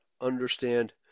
understand